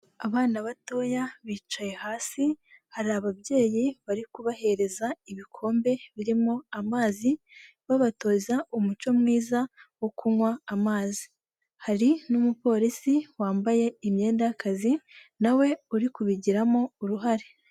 Abana batoya bicaye hasi, hari ababyeyi bari kubahereza ibikombe birimo amazi babatoza umuco mwiza wo kunywa amazi. Hari n'umupolisi wambaye imyenda y'akazi nawe uri kubigiramo uruhare.